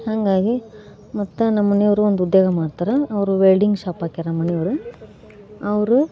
ಹಾಗಾಗಿ ಮತ್ತೆ ನಮ್ಮನೆಯವರು ಒಂದು ಉದ್ಯೋಗ ಮಾಡ್ತಾರೆ ಅವರು ವೆಲ್ಡಿಂಗ್ ಶಾಪ್ ಹಾಕ್ಯಾರೆ ಮನೆಯವರು ಅವರು